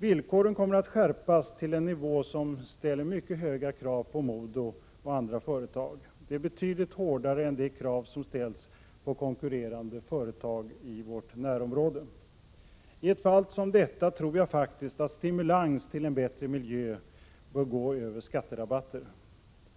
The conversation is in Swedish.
Villkoren kommer att skärpas till en nivå som ställer mycket höga krav på MoDo och andra företag. De är betydligt hårdare än de krav som ställs på konkurrerande företag i vårt närområde. I ett fall som detta tror jag faktiskt att stimulans till en bättre miljö bör gå över skatterabatter.